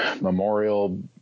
memorial